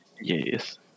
Yes